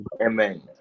Amen